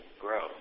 grow